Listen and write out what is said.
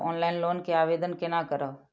Offline loan के आवेदन केना करब?